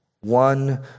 one